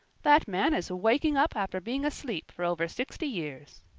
that man is waking up after being asleep for over sixty years.